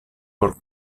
por